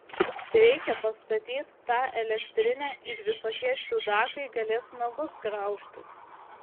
reikia pastatyt tą elektrinę ir visokie čiudakai galės nagus graužtis